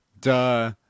Duh